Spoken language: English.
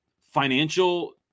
financial